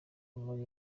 muri